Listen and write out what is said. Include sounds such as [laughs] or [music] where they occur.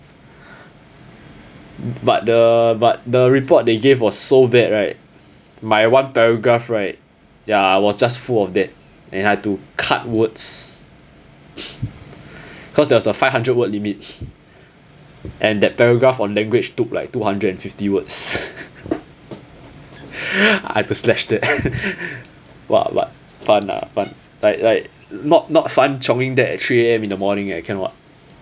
but the but the report they gave was so bad right my one paragraph right ya I was just full of that and I had to cut words cause there was a five hundred word limit and that paragraph on language took like two hundred and fifty words [laughs] I had to slash that [laughs] but but fun ah fun but like like not not fun chionging that at three A_M in the morning I cannot